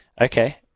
Okay